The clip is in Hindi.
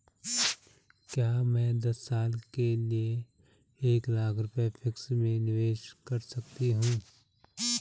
क्या मैं दस साल के लिए एक लाख रुपये फिक्स में निवेश कर सकती हूँ?